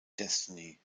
destiny